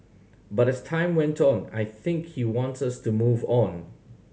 but as time went on I think he wants us to move on